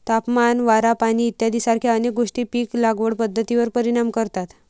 तापमान, वारा, पाणी इत्यादीसारख्या अनेक गोष्टी पीक लागवड पद्धतीवर परिणाम करतात